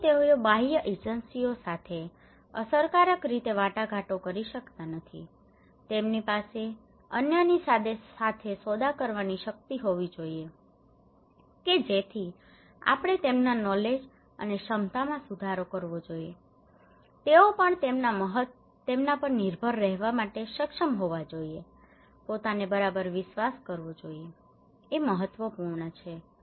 તેથી તેઓ બાહ્ય એજન્સીઓ સાથે અસરકારક રીતે વાટાઘાટો કરી શકતા નથી તેથી તેમની પાસે અન્યની સાથે સોદા કરવાની શક્તિ હોવી જોઈએ કે જેથી આપણે તેમના નોલેજ અને ક્ષમતામાં સુધારો કરવો જોઈએ તેઓ પણ તેમના પર નિર્ભર રહેવા માટે સક્ષમ હોવા જોઈએ પોતાને બરાબર વિશ્વાસ કરવો જોઈએ આ મહત્વપૂર્ણ છે